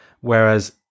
whereas